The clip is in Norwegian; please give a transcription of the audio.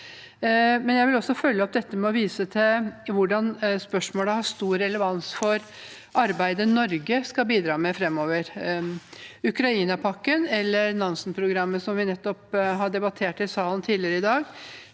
jeg vil følge opp dette med å vise hvordan spørsmålet har stor relevans for arbeidet Norge skal bidra med framover. Ukraina-pakken eller Nansen-programmet, som vi har debattert i salen tidligere i dag,